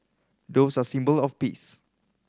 doves are symbol of peace